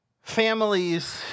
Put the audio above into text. Families